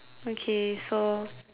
okay so